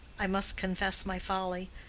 i must confess my folly.